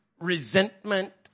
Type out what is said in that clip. resentment